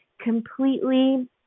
completely